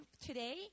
today